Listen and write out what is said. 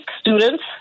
students